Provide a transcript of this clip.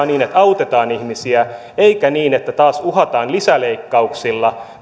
niin että autetaan ihmisiä eikä niin että taas uhataan lisäleikkauksilla